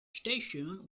station